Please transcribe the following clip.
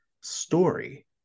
story